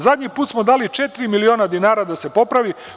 Zadnji put smo dali četiri miliona dinara da se popravi.